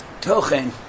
tochen